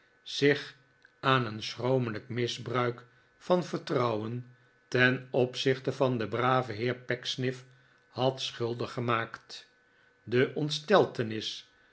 zich aan een schromelijk misbruik van vertrouwen ten opzichte van den braven heer pecksniff had schuldig gemaakt de